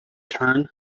turn